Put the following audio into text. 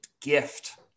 gift